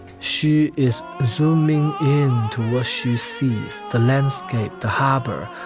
she is zooming in to where she sees the landscape the harbour,